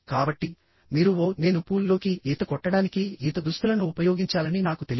కాబట్టి మీరు ఓ నేను పూల్ లోకి ఈత కొట్టడానికి ఈత దుస్తులను ఉపయోగించాలని నాకు తెలియదు